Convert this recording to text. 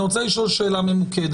אני רוצה לשאול שאלה ממוקדת.